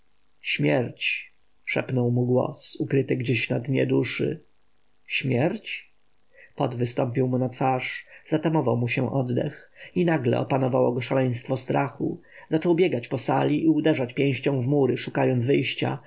śmierć szepnął mu głos ukryty gdzieś na dnie duszy śmierć pot wystąpił mu na twarz zatamował mu się oddech i nagle opanowało go szaleństwo strachu zaczął biegać po sali i uderzać pięścią w mury szukając wyjścia